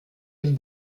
den